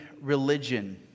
religion